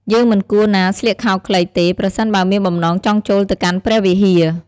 យើងមិនគួរណាស្លៀកខោខ្លីទេ ប្រសិនបើមានបំណងចង់ចូលទៅកាន់ព្រះវិហារ។